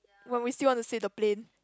when we still want to sit the plane